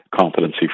competency